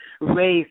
race